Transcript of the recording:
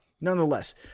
nonetheless